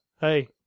hey